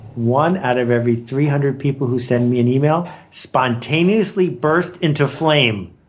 one out of every three hundred people who send me an email spontaneously burst into flame.